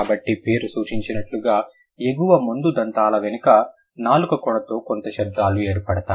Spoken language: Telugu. కాబట్టి పేరు సూచించినట్లుగా ఎగువ ముందు దంతాల వెనుక నాలుక కొనతో దంత శబ్దాలు ఏర్పడతాయి